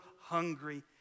hungry